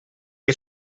que